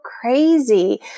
crazy